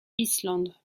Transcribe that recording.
island